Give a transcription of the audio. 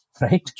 right